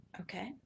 okay